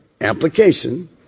application